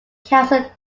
council